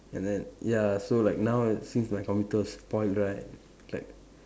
and then ya so like now it seems like my computer is spoiled right like